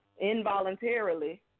involuntarily